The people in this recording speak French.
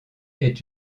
est